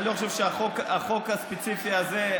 אני לא חושב שהחוק הספציפי הזה,